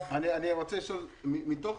יש לי שאלה: מתוך